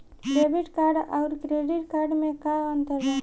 Debit card आउर credit card मे का अंतर बा?